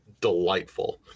delightful